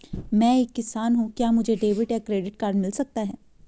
मैं एक किसान हूँ क्या मुझे डेबिट या क्रेडिट कार्ड मिल सकता है?